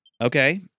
okay